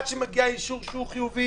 עד שמגיע האישור שהוא חיובי,